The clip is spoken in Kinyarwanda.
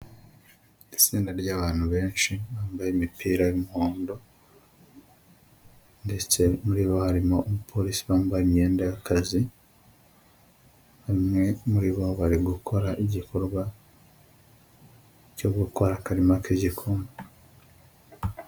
Itsinda ry'abantu benshi bambaye imipira y'umuhondo, ndetse muri bo harimo umupolisi wambaye imyenda y'akazi, umwe muri bo bari gukora igikorwa cyo gukora akarima k'igikoni.